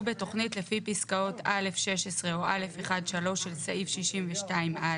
בתוכנית לפי פסקאות (א)(16) או (א1)(3) של סעיף 62א